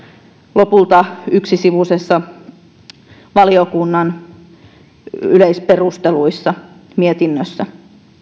lopulta yleisperusteluiltaan yksisivuisessa valiokunnan mietinnössä